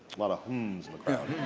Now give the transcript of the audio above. a lot of hmms in the crowd.